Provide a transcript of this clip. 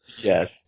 yes